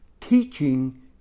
Teaching